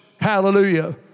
Hallelujah